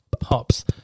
Pops